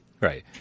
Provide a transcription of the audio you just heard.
Right